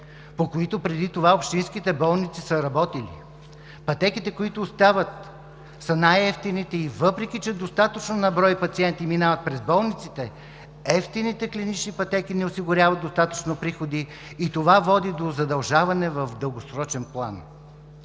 по които преди това общинските болници са работили. Пътеките, които остават, са най-евтините и, въпреки че достатъчно на брой пациенти минават през болниците, евтините клинични пътеки не осигуряват достатъчно приходи и това води до задължаване в дългосрочен план.